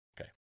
Okay